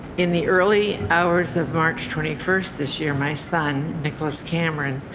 in the early hours of march twenty first this year, my son, nicholas cameron,